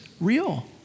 real